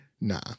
nah